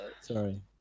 Sorry